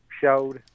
showed